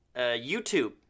YouTube